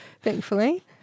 Thankfully